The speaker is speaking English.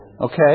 Okay